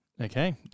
Okay